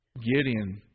Gideon